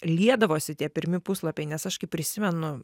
liedavosi tie pirmi puslapiai nes aš kai prisimenu